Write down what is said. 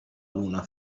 luna